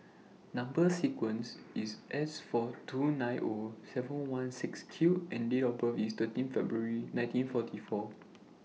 Number sequence IS S four two nine O seven one six Q and Date of birth IS thirteen February nineteen forty four